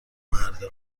مردا